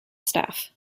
staff